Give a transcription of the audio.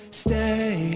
stay